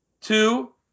Two